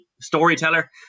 storyteller